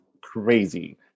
crazy